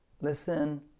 listen